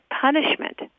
punishment